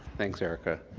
thanks, erica.